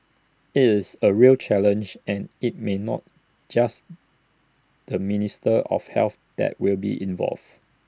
IT is A real challenge and IT may not just the minister of health that will be involved